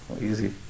Easy